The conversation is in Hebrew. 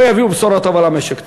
לא יביאו בשורה טובה למשק.